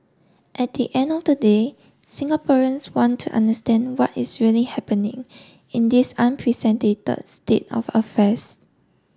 at the end of the day Singaporeans want to understand what is really happening in this unprecedented state of affairs